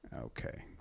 okay